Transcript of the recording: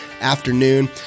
afternoon